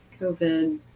COVID